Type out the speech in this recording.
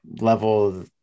level